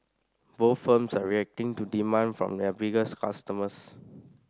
both firms are reacting to demand from their biggest customers